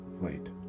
wait